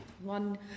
one